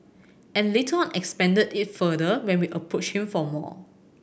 and later on expanded it further when we approached him for more